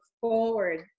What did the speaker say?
forward